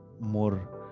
more